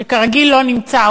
שכרגיל לא נמצא,